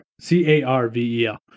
C-A-R-V-E-L